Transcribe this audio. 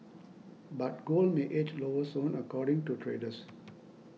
but gold may edge lower soon according to traders